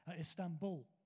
Istanbul